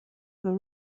were